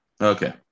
Okay